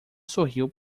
sorriu